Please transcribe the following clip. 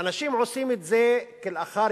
ואנשים עושים את זה כלאחר-יד,